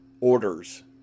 orders